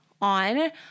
on